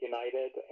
United